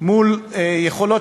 עם יכולות,